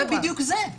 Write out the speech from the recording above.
זה בדיוק זה.